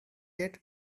yet